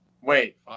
Wait